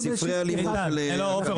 זה מספרי הלימוד --- עופר,